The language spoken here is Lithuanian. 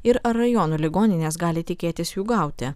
ir rajonų ligoninės gali tikėtis jų gauti